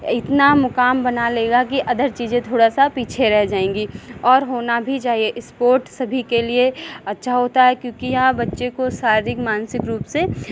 इतना मुकाम बना लेगा कि अदर चीज़ें थोड़ा सा पीछे रह जाएंगी और होना भी चाहिए स्पोर्ट सभी के लिए अच्छा होता है क्योंकि यह बच्चे को शारीरिक मानसिक रूप से